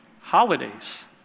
Holidays